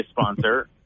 sponsor